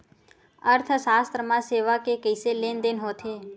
अर्थशास्त्र मा सेवा के कइसे लेनदेन होथे?